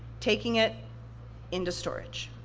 taking it into storage.